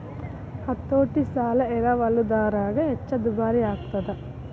ಹತೋಟಿ ಸಾಲ ಎರವಲುದಾರಗ ಹೆಚ್ಚ ದುಬಾರಿಯಾಗ್ತದ